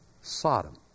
Sodom